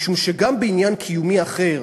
משום שגם בעניין קיומי אחר,